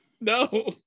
No